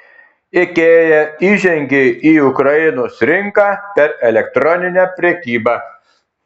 ikea įžengė į ukrainos rinką per elektroninę prekybą